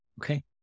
Okay